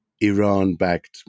Iran-backed